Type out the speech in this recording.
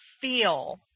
feel